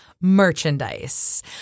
merchandise